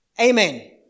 Amen